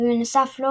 ובנוסף לו